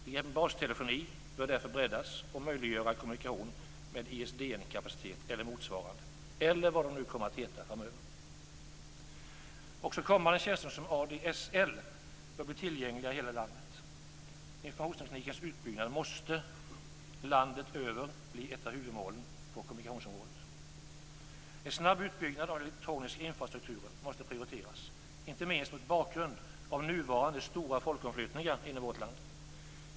Begreppet bastelefoni bör därför breddas och möjliggöra kommunikation med ISDN-kapacitet eller motsvarande - vad de nu kan komma att heta. Även kommande tjänster som ADSL bör bli tillgängliga i hela landet. Informationsteknikens utbyggnad måste, landet runt, bli ett av huvudmålen på kommunikationsområdet. En snabb utbyggnad av den elektroniska infrastrukturen måste prioriteras, inte minst mot bakgrund av nuvarande stora folkomflyttningar inom vårt land.